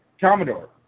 Commodore